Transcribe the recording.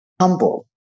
humble